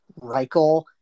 Reichel